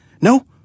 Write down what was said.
No